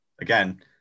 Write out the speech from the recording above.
again